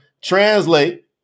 translate